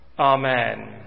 Amen